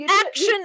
action